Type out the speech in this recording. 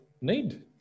need